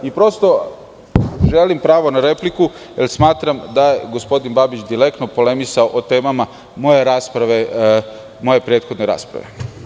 Prosto, želim pravo na repliku jer smatram da je gospodin Babić direktno polemisao o temama moje prethodne rasprave.